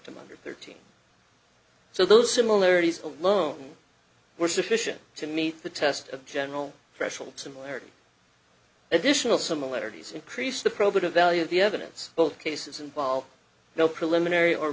under thirteen so those similarities alone were sufficient to meet the test of general threshold similarity additional similarities increase the probative value of the evidence both cases involve no preliminary or